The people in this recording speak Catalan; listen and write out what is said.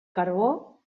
carbó